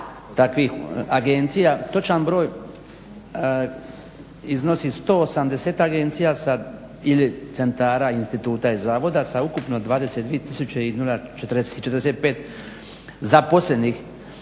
takvih agencija točan broj iznosi 180-tak agencija ili centara, instituta i zavoda sa ukupno 22 045 zaposlenih.